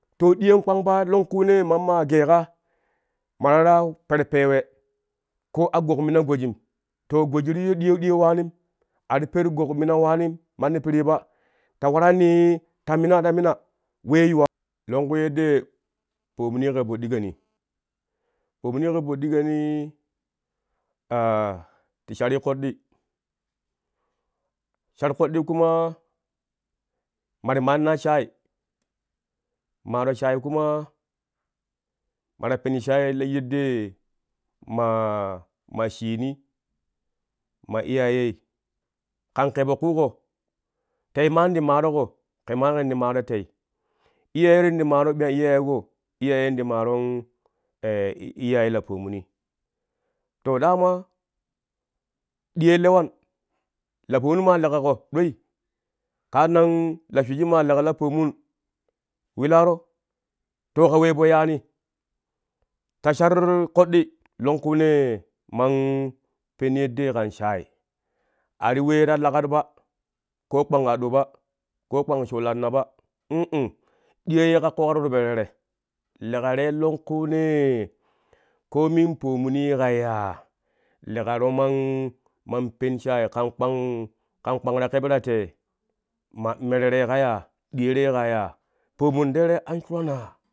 To diyoon kpang kpangi longkunee mamma geeƙa ma ta waraa per pewe ko a gokmina gojim to goji tiya ɗiyo ɗiyo waanim ati per gokmina waanim manni piri ba ta warani ta mina tamna we yuwa longku yee pomun ye ƙe po ɗikoni, pomun ye kɛ po ɗikonii ti shari koɗɗi shar koɗɗi kuma ma ti maannai shaai, maaro shaai kuma ma to pen shaai le yeddee maa ma sheenii ma iyayei ƙan ƙɛ po ƙuko tei ma ti maaroƙo ƙɛ ma kɛn ti maaro tei iyayero ti maaro me an iyayeko, iyayen ti maaro iyaye la pomuni to dama ɗiyel lewan la pomuni ma lekako dwei kaarnan la shiji ma leƙa la pomun wilaro to ka we po yaani ta shar koɗɗi longkunee man pen yeddee kan shaai a ti wei ta laƙat ba ko kpang aɗo ba ko kpang show lanna ba vu ɗiyo yeƙa ƙoƙaro ti po tere leƙa rei longkunee komin pomuni ka yaa lekaro man pen shaai kan kpang ta keɓe ta tei? Ma merere ka yaa diyorei ka yaa pomun terei anshuranaa.